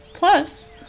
Plus